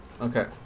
Okay